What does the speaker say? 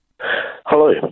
Hello